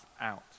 out